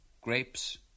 Grapes